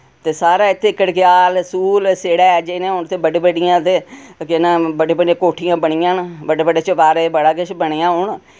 ते सारा इत्थै कड़ग्याल सूल सेड़ै जिनें हून ते बड्डी बड्डियां ते केह् नां बड्डी बड्डी कोठियां बनियां न बड्डे बड्डे चबारे बड़ा किश बनेआ हून